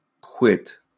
quit